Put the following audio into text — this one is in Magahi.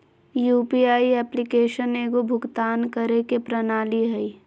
यु.पी.आई एप्लीकेशन एगो भुक्तान करे के प्रणाली हइ